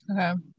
Okay